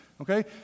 okay